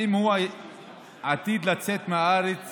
אם הוא עתיד לצאת מהארץ